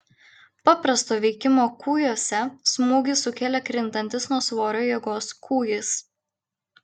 paprasto veikimo kūjuose smūgį sukelia krintantis nuo svorio jėgos kūjis